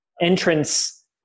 entrance